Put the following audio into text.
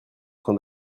train